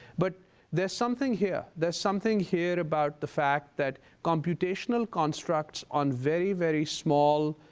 but there's something here. there's something here about the fact that computational constructs on very, very small